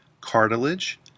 cartilage